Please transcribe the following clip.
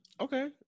Okay